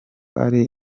ari